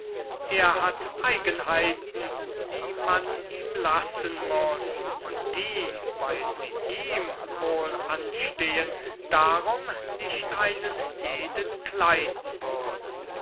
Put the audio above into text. er hat eigenheiten die man ihm lassen muß und die weil sie ihm wohl anstehen darum nicht einen jeden kleiden würden